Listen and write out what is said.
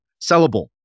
sellable